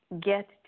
get